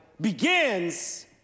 begins